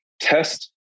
test